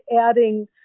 adding